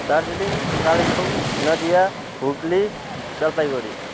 Darjeeling Kalimpong Nadia Hooghly Jalpaiguri